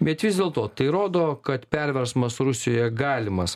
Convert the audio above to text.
bet vis dėlto tai rodo kad perversmas rusijoje galimas